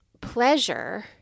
pleasure